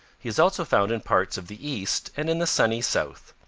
he is also found in parts of the east and in the sunny south.